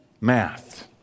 Math